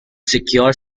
secure